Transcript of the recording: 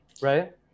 right